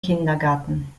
kindergarten